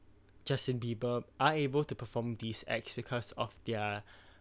justin bieber are able to perform these acts because of their